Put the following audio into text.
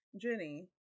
jenny